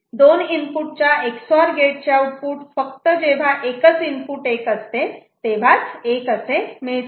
दोन इनपुट च्या Ex OR गेटचे आउटपुट फक्त जेव्हा एकच इनपुट 1 असते तेव्हाच 1 असे मिळते